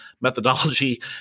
methodology